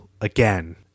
again